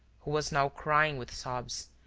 who was now crying with sobs,